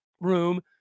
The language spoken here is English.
room